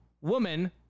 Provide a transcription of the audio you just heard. woman